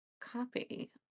copy